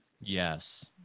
Yes